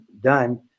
done